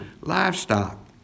livestock